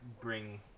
bring